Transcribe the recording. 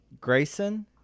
Grayson